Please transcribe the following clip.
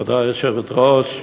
תודה, היושבת-ראש,